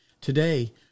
Today